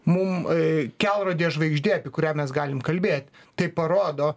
mum kelrodė žvaigždė apie kurią mes galim kalbėti tai parodo